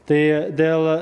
tai dėl